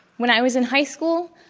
when i was in high school,